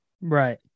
Right